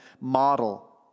model